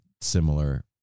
similar